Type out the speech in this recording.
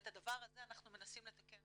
ואת הדבר הזה אנחנו מנסים לתקן.